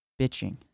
Bitching